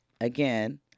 Again